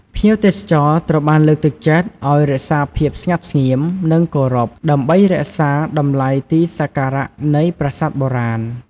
ភ្ញៀវទេសចរត្រូវបានលើកទឹកចិត្តឲ្យ រក្សាភាពស្ងាត់ស្ងៀម និងគោរព ដើម្បីរក្សាតម្លៃទីសក្ការៈនៃប្រាសាទបុរាណ។